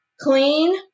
clean